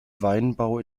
weinbau